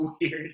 weird